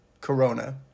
corona